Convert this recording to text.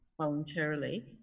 voluntarily